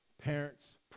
parents